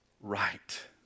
right